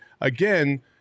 again